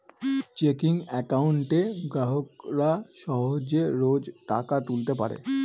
checking একাউন্টে গ্রাহকরা সহজে রোজ টাকা তুলতে পারে